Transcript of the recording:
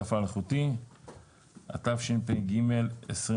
הטלגרף האלחוטי (תיקון) (תיקון) התשפ"ג-2023.